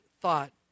thought